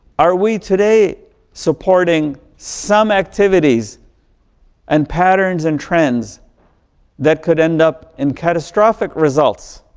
are we today supporting some activities and patterns and trends that could end up in catastrophic results,